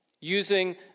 using